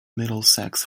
middlesex